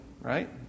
right